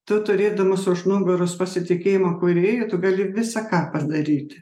tu turėdamas už nugaros pasitikėjimą kūrėju tu gali visa ką padaryti